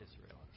Israel